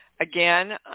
Again